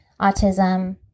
autism